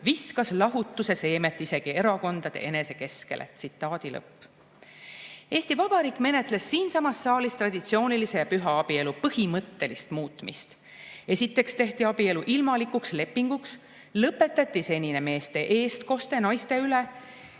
viskas lahutuse seemet isegi erakondade enese keskele." Tsitaadi lõpp. Eesti Vabariik menetles siinsamas saalis traditsioonilise ja püha abielu põhimõttelist muutmist. Esiteks tehti abielu ilmalikuks lepinguks, lõpetati senine meeste eestkoste naiste üle.